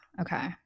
Okay